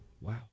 Wow